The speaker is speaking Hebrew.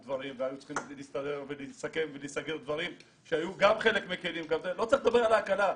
והיו צריכים לסכם ולהיסגר דברים שהיו גם חלק לא צריך לדבר על ההקלה.